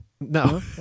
No